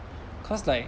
cause like